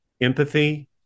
empathy